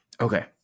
Okay